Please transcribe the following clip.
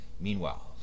Meanwhile